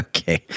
Okay